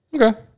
Okay